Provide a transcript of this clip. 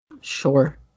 Sure